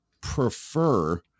prefer